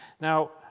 Now